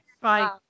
Bye